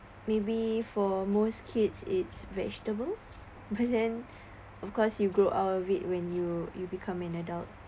maybe for most kids eats vegetables of course you grow out of it when you you become an adult